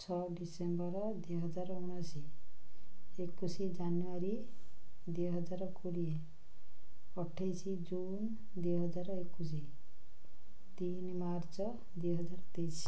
ଛଅ ଡିସେମ୍ବର ଦୁଇହଜାର ଉଣେଇଶି ଏକୋଇଶି ଜାନୁଆରୀ ଦୁଇହଜାର କୋଡ଼ିଏ ଅଠେଇଶି ଜୁନ ଦୁଇହଜାର ଏକୋଇଶି ତିନି ମାର୍ଚ୍ଚ ଦୁଇହଜାର ତେଇଶି